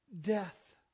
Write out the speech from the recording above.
death